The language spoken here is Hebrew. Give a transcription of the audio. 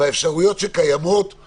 האפשרויות שקיימות לכך